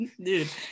Dude